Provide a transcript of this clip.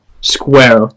square